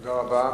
תודה רבה.